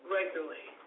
Regularly